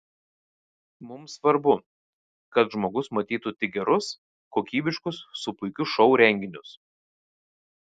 mums svarbu kad žmogus matytų tik gerus kokybiškus su puikiu šou renginius